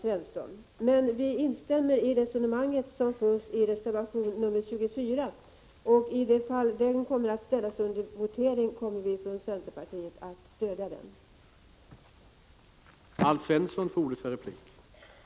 Vi instämmer emellertid i det resonemang som förs i reservation 24, och i det fall den ställs under votering kommer vi från centerpartiet att stödja den reservationen.